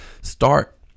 start